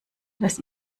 dass